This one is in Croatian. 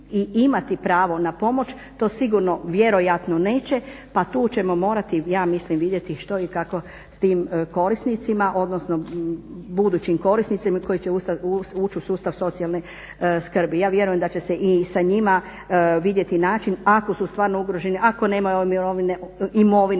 i imati pravo na pomoć. To sigurno vjerojatno neće pa tu ćemo morati, ja mislim, vidjeti što i kako s tim korisnicima, odnosno budućim korisnicima koji će ući u sustav socijalne skrbi. Ja vjerujem da će se i sa njima vidjeti način ako su stvarno ugroženi, ako nemaju ove